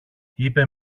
είπε